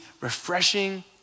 refreshing